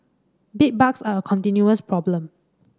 bedbugs are a continuous problem